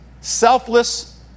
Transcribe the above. selfless